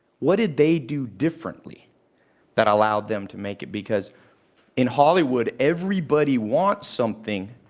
what did they do differently that allowed them to make it? because in hollywood, everybody wants something,